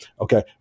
Okay